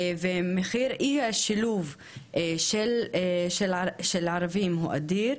ומחיר אי-השילוב של ערבים הוא אדיר.